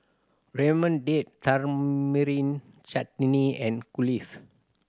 Ramyeon Date Tamarind Chutney and Kulfi